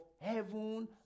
heaven